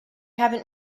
haven’t